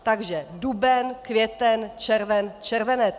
Takže duben, květen, červen, červenec.